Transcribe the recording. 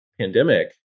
pandemic